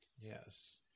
Yes